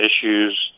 issues